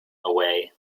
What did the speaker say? away